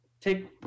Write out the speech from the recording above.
take